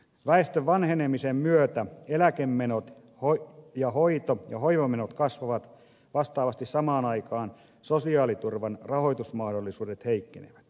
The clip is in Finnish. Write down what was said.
väestön vanhenemisen myötä eläkemenot ja hoivamenot kasvavat vastaavasti samaan aikaan sosiaaliturvan rahoitusmahdollisuudet heikkenevät